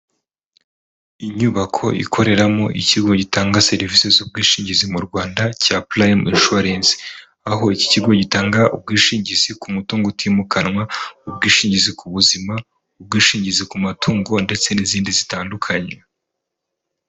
Inyubako ikoreramo ikigo gitanga serivisi z'ubwishingizi mu Rwanda cya Purayime inshuwarensi, aho iki kigo gitanga ubwishingizi ku mutungo utimukanwa, ubwishingizi ku buzima, ubwishingizi ku matungo ndetse n'izindi zitandukanye.